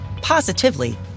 positively